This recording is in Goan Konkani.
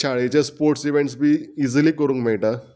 शाळेचे स्पोर्ट्स इवँट्स बी इजिली करूंक मेळटा